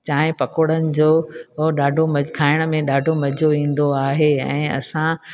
चांहि पकोड़नि जो उहो ॾाढो मस्तु खाइण में ॾाढो मज़ो ईंदो आहे ऐं असां